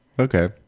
Okay